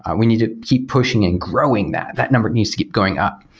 ah we need to keep pushing and growing that. that number needs to keep going up.